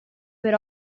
per